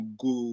go